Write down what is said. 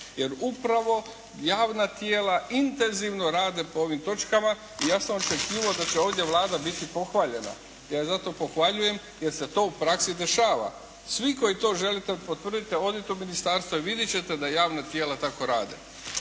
Jer upravo javna tijela intenzivno rade po ovim točkama i ja sam očekivao da će ovdje Vlada biti pohvaljena. Ja je zato pohvaljujem, jer se to u praksi dešava. Svi koji to želite potvrdite, odite u ministarstvo i vidjet ćete da javna tijela tako rade.